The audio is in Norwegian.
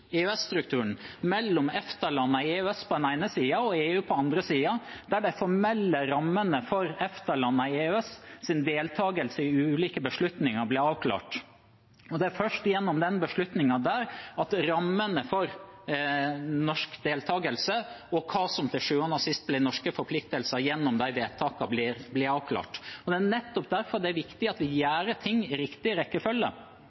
EØS-strukturen, mellom EFTA-landene i EØS på den ene siden og EU på den andre siden, der de formelle rammene for EFTA-landene i EØS sin deltakelse i ulike beslutninger blir avklart. Det er først gjennom beslutningen der at rammene for norsk deltakelse og hva som til sjuende og sist blir norske forpliktelser gjennom de vedtakene, blir avklart. Det er nettopp derfor det er viktig at vi